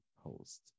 host